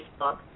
Facebook